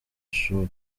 ishuri